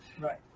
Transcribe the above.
Right